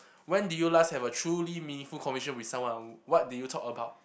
when did you last have a truly meaningful conversation with someone what did you talk about